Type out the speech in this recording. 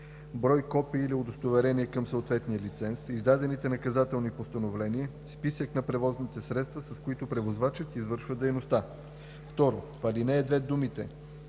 брой копия или удостоверения към съответния лиценз, издадените наказателни постановления, списък на превозните средства, с които превозвачът извършва дейността.“ 2. В ал. 2 думите